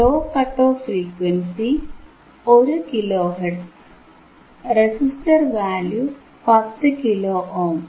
law cut off frequency 1 kilo hertz resistor value 10 kilo Om